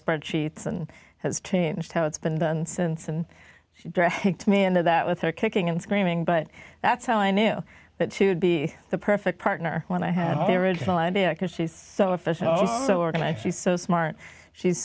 spreadsheets and has changed how it's been done since and she dragged me into that with her kicking and screaming but that's how i knew that to be the perfect partner when i had already because she's so efficient also and i she's so smart she's